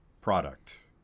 product